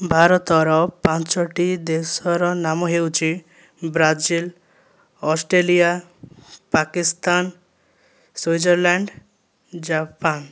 ଭାରତର ପାଞ୍ଚଟି ଦେଶର ନାମ ହେଉଛି Brazil Australia Pakistan Switzerland Japan